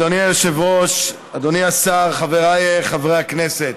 אדוני היושב-ראש, אדוני השר, חבריי חברי הכנסת,